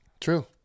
True